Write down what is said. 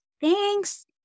Thanks